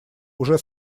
уже